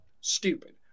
stupid